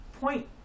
point